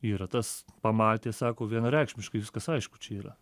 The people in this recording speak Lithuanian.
yra tas pamatė sako vienareikšmiškai viskas aišku čia yra